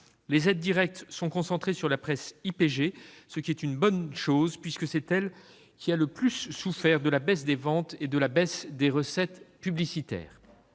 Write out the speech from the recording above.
Les aides directes sont concentrées sur la presse IPG, ce qui est une bonne chose, puisque ce secteur est celui qui a le plus souffert de la baisse des ventes et des recettes publicitaires.